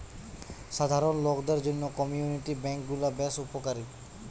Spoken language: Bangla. সাধারণ লোকদের জন্য কমিউনিটি বেঙ্ক গুলা বেশ উপকারী